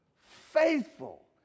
Faithful